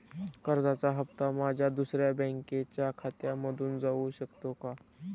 कर्जाचा हप्ता माझ्या दुसऱ्या बँकेच्या खात्यामधून जाऊ शकतो का?